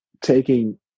taking